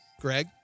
Greg